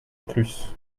plus